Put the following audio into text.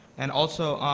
and also,